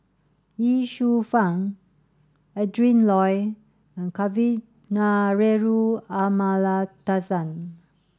Ye Shufang Adrin Loi and Kavignareru Amallathasan